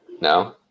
No